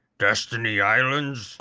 destiny islands?